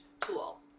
tool